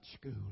school